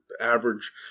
average